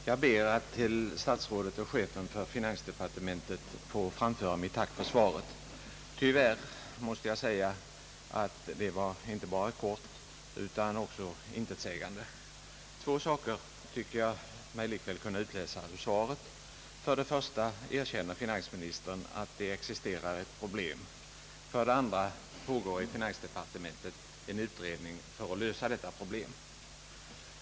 Herr talman! Jag ber att till statsrådet och chefen för finansdepartementet få framföra mitt tack för svaret. Tyvärr måste jag säga att det inte bara var kort utan också intetsägande. Två saker tycker jag mig likväl kunna utläsa. För det första erkänner finansministern att det existerar ett problem. För det andra pågår i finansdeparte mentet en utredning för att lösa detta problem.